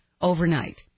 overnight